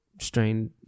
strained